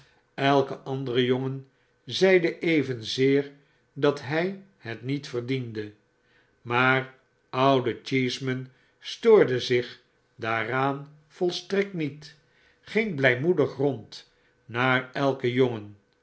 elke andere jongen zeide evenzeer dat hjj het niet verdiende maar oude cheeseman stoorde zich daaraau volstrekt niet ging blgmoedig rond naar elken jongen